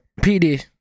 PD